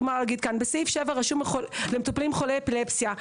רשום: "למטופלים חולי אפילפסיה".